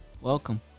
Welcome